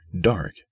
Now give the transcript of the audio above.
dark